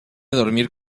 dormir